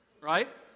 right